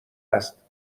است